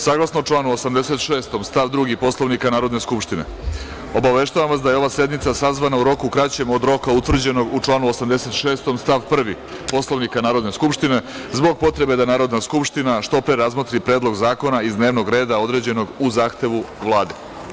Saglasno članu 86. stav 2. Poslovnika Narodne skupštine, obaveštavam vas da je ova sednica sazvana u roku kraćem od roka utvrđenog u članu 86. stav 1. Poslovnika Narodne skupštine, zbog potrebe da Narodna skupština što pre razmotri Predlog zakona iz dnevnog reda određenog u Zahtevu Vlade.